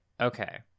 Okay